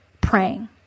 praying